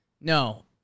no